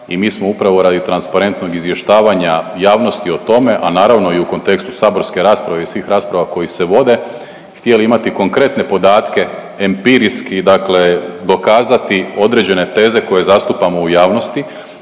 i mi smo upravo radi transparentnog izvještavanja javnosti o tome, a naravno i u kontekstu saborske rasprave i svih rasprava koje se vode htjeli imati konkretne podatke empirijski dakle dokazati određene teze koje zastupamo u javnosti,